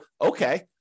okay